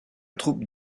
troupe